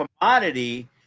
commodity